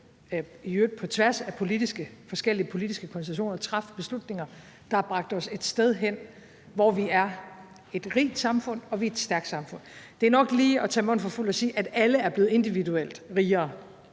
i øvrigt på tværs af forskellige politiske konstellationer – at træffe beslutninger, der har bragt os et sted hen, hvor vi er et rigt samfund og et stærkt samfund. Det er nok lige at tage munden for fuld at sige, at alle er blevet individuelt rigere.